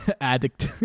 addict